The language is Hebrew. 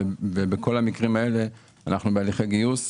בכל המקרים האלה אנחנו בהליכי גיוס.